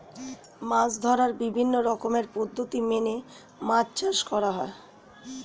মাছ ধরার বিভিন্ন রকমের পদ্ধতি মেনে মাছ চাষ করা হয়